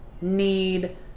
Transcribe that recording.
need